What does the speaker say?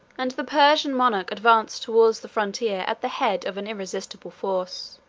and the persian monarch advanced towards the frontier at the head of an irresistible force.